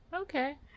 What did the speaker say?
Okay